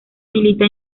milita